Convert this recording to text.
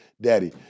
Daddy